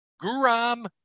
Guram